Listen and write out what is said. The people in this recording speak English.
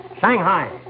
Shanghai